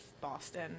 Boston